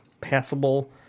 passable